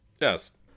yes